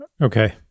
Okay